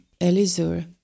Elizur